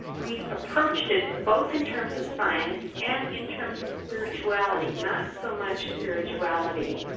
we approached it both in terms of science and in terms of spirituality, not so much spirituality